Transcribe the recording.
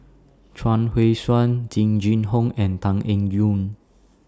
Chuang Hui Tsuan Jing Jun Hong and Tan Eng Yoon